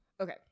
Okay